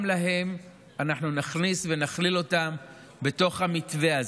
גם אותן אנחנו נכניס ונכליל אותן בתוך המתווה הזה.